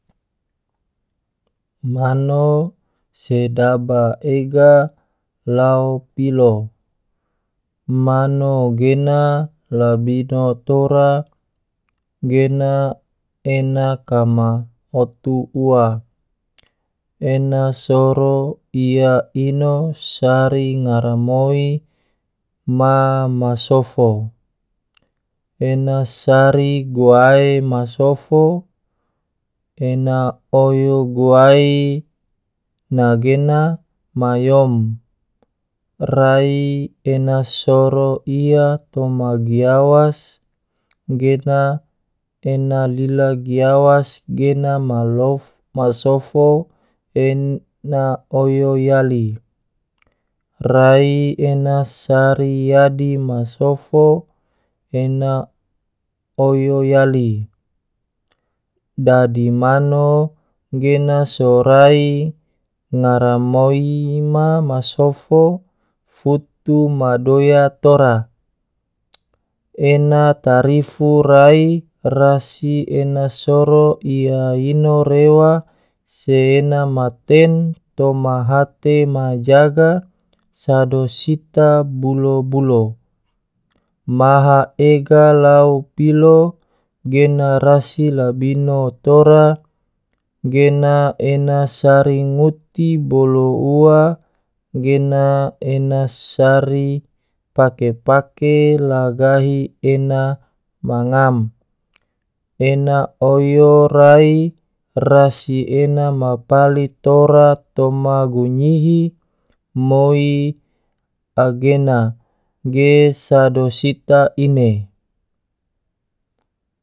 Mano sedaba ega lao pilo, mano gena labino tora gena ena kama otu ua, ena soro ia ino sari garamoi ma masofo ena sari guae ma sofo, ena oyo guae nagena ma yom, rai ena soro ia toma giawas gena ena lila giawas gena ma sofo ena oyo yali, rai ena sari yadi ma sofo ena oyo yali. dadi mano gena sorai garamoi ma masofo futu ma doya tora, ena tarifu rai rasi ena soro ia ino rewa se ena ma ten toma hate ma jaga sado sita bulo-bulo. maha ega lao pilo gena rasi labino tora gena ena sari nguti bolo ua gena ena sari pake-pake la gahi ena ma ngam, ena oyo rai rasi ena ma pali tora toma gunyihi moi anggena ge sado sita ine.